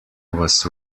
was